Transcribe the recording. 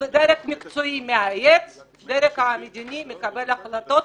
דרג מקצועי מייעץ, דרג מדיני מקבל החלטות.